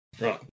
Right